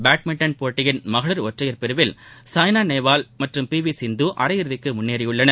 badminton போட்டியின் மகளிர் ஒற்றையர் பிரிவில் சாய்னா நேவால் மற்றும் பி வி சிந்து அரையிறுதிக்கு முன்னேறியுள்ளனர்